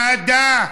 נאדה.